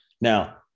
Now